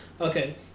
okay